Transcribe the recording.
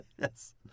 yes